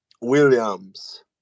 Williams